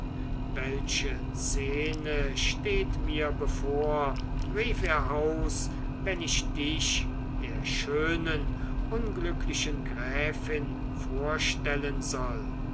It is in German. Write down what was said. welche szene steht mir bevor rief er aus wenn ich dich der schönen unglücklichen gräfin vorstellen soll